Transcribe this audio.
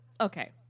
okay